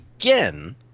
again